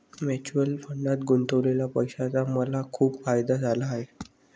mutual फंडात गुंतवलेल्या पैशाचा मला खूप फायदा झाला आहे